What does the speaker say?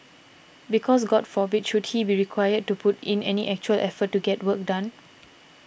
because god forbid should he be required to put in any actual effort to get work done